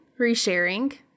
resharing